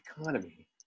economy